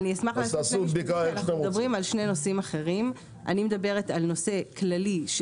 אנחנו מדברים על שני נושאים אחרים - אני מדברת על נושא